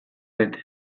bete